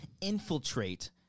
infiltrate